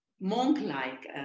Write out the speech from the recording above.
monk-like